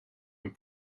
een